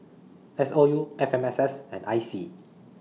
S O U F M S S and I C